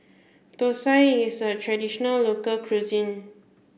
Thosai is a traditional local cuisine